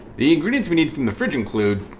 the ingredients we need from the fridge include